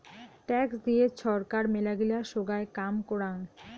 tax দিয়ে ছরকার মেলাগিলা সোগায় কাম করাং